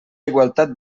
igualtat